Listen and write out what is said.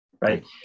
right